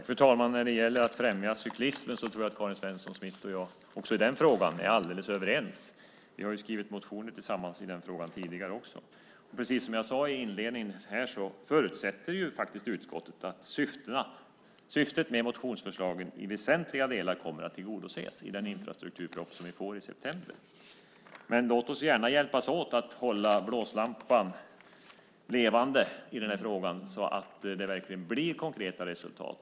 Fru talman! När det gäller att främja cyklismen tror jag att Karin Svensson Smith och jag också i den frågan är alldeles överens. Vi har skrivit motioner tillsammans i den frågan tidigare också. Precis som jag sade i inledningen förutsätter faktiskt utskottet att syftet med motionsförslaget i väsentliga delar kommer att tillgodoses i den infrastrukturproposition vi får i september. Men låt oss gärna hjälpas åt att hålla blåslampan levande i den här frågan så att det verkligen blir konkreta resultat!